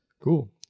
Cool